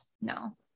no